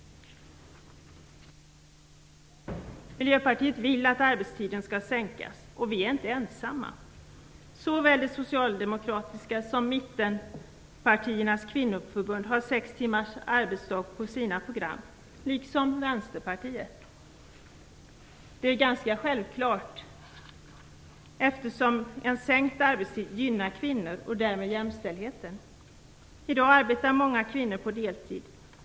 Miljöpartiet vill att arbetstiden skall sänkas, och vi är inte ensamma. Såväl Socialdemokraternas som mittenpartiernas kvinnoförbund har sex timmars arbetsdag på sina program, liksom Vänsterpartiet. Det är ganska självklart, eftersom en sänkt arbetstid gynnar kvinnor och därmed jämställdheten. I dag arbetar många kvinnor på deltid.